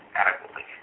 adequately